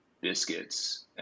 biscuits